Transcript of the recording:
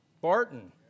Barton